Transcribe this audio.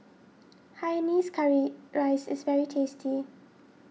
Hainanese Curry Rice is very tasty